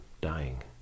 dying